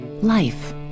Life